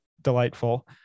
delightful